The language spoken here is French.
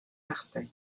martin